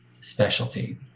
specialty